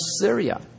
Syria